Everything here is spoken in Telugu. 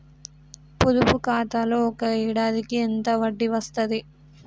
పొదుపు ఖాతాలో ఒక ఏడాదికి ఎంత వడ్డీ వస్తది?